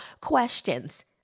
questions